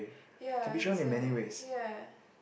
ya that's why ya